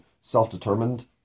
self-determined